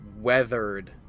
weathered